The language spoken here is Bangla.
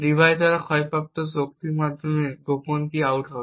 ডিভাইস দ্বারা ক্ষয়প্রাপ্ত শক্তি মাধ্যমে গোপন কী আউট হবে